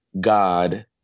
God